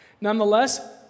Nonetheless